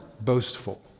boastful